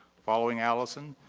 following allison,